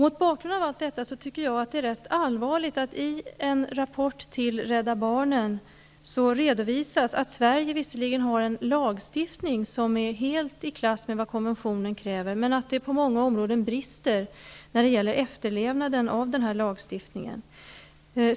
Mot bakgrund av allt detta tycker jag att det är rätt allvarligt att det i en rapport till Rädda barnen redovisas att Sverige visserligen har en lagstiftning som är helt i klass med vad konventionen kräver men att det på många områden brister när det gäller efterlevnaden av lagstiftningen.